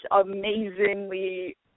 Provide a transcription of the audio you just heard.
amazingly